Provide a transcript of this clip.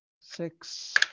six